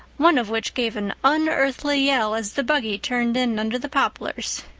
one of which gave an unearthly yell as the buggy turned in under the poplars.